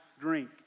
drink